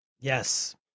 Yes